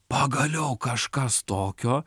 pagaliau kažkas tokio